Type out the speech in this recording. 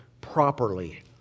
properly